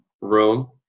room